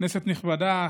כנסת נכבדה,